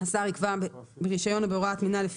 השר יקבע ברישיון או בהוראת מינהל,